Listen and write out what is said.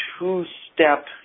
two-step